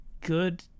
good